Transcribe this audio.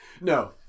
No